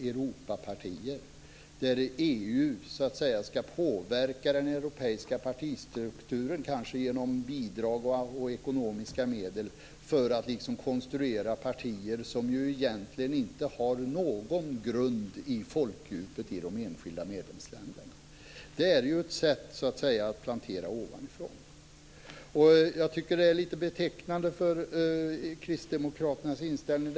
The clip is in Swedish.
EU ska påverka den europeiska partistrukturen, kanske genom bidrag och ekonomiska medel, för att konstruera partier som egentligen inte har någon grund i folkdjupet i de enskilda medlemsländerna. Det är ett sätt att plantera in något ovanifrån. Jag tycker att det är betecknande för kristdemokraternas inställning.